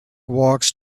walks